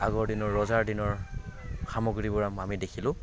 আগৰ দিনৰ ৰজাৰ দিনৰ সামগ্ৰীবোৰ আমি দেখিলোঁ